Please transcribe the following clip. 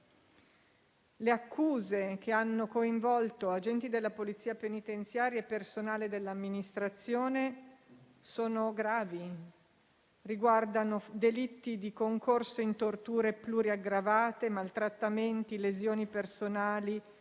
Le accuse, che hanno coinvolto agenti della Polizia penitenziaria e personale dell'amministrazione, sono gravi. Esse riguardano delitti di concorso in torture pluriaggravate, maltrattamenti, lesioni personali,